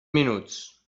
minuts